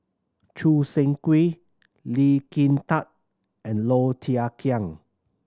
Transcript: Choo Seng Quee Lee Kin Tat and Low Thia Khiang